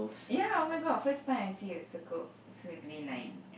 ya oh-my-god first time I see a circled squiggly line